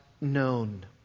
known